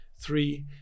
three